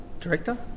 director